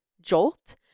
jolt